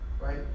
right